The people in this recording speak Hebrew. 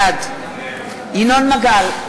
בעד ינון מגל,